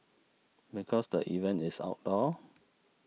because the event is outdoors